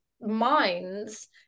minds